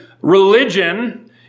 religion